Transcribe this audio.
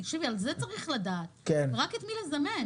זה צריך לדעת, רק את מי לזמן.